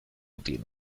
tiene